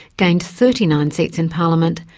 gained thirty nine seats in parliament,